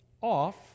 off